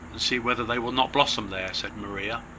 and see whether they will not blossom there, said maria,